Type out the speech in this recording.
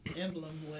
emblem